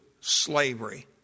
slavery